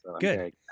Good